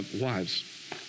wives